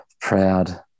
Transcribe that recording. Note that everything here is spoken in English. proud